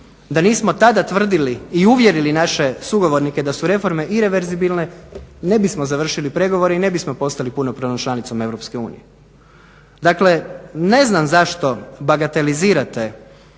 da nismo tada tvrdili i uvjerili naše sugovornike da su reforme ireverzibilne ne bismo završili pregovore i ne bismo postali punopravnom članicom Europske unije. Dakle, ne znam zašto bagatelizirate